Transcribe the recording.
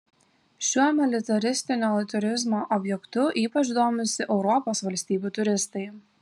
šiuo militaristinio turizmo objektu ypač domisi europos valstybių turistai